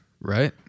Right